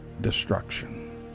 destruction